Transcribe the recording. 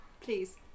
Please